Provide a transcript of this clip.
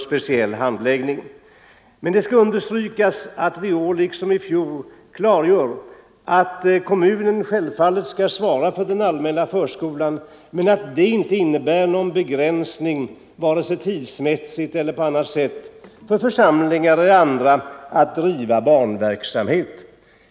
Men det skall understrykas att vi i år liksom i fjol klargör att kommunerna självfallet skall svara för den allmänna förskolan och att det inte innebär någon begränsning vare sig tidsmässigt eller på annat sätt för församlingar eller andra att bedriva barnverksamhet.